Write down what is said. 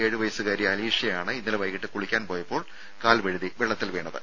ഏഴുവയസ്സുകാരി അലീഷയാണ് ഇന്നലെ വൈകീട്ട് കുളിക്കാൻ പോയപ്പോൾ കാൽ വഴുതി വെള്ളത്തിൽ വീണത്